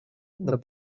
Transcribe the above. the